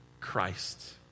Christ